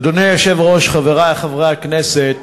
אדוני היושב-ראש, חברי חברי הכנסת,